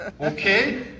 okay